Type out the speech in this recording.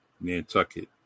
Nantucket